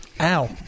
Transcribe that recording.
Ow